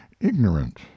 ignorant